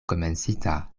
komencita